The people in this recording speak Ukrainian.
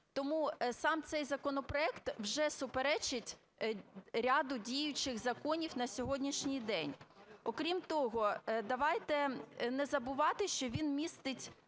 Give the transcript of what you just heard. Тому сам цей законопроект вже суперечить ряду діючих законів на сьогоднішній день. Окрім того, давайте не забувати, що він містить